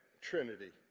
trinity